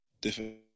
different